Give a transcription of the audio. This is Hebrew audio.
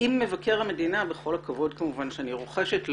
אם מבקר המדינה, בכל הכבוד כמובן שאני רוחשת לו,